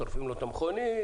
שורפים לו את המכונית.